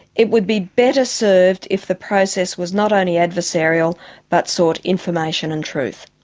it would be better served if the process was not only adversarial but sought information and truth.